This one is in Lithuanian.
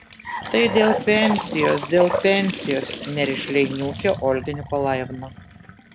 tai dėl pensijos dėl pensijos nerišliai niūkė olga nikolajevna